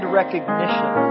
recognition